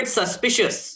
suspicious